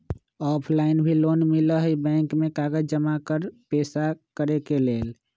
Offline भी loan मिलहई bank में कागज जमाकर पेशा करेके लेल?